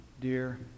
Dear